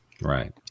Right